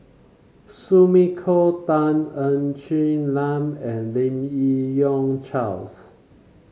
Sumiko Tan Ng Quee Lam and Lim Yi Yong Charles